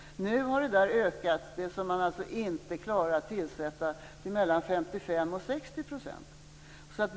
Nu har antalet lediga platser som man inte klarar av att tillsätta ökat till 55-60 %.